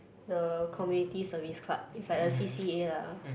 the Community Service club is like a C_C_A lah